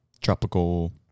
tropical